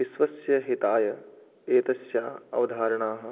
विश्वस्य हिताय एतस्याः अवधारणाः